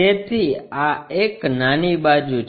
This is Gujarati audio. તેથી આ એક નાની બાજુ છે